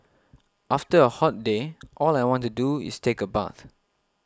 after a hot day all I want to do is take a bath